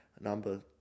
Number